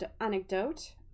anecdote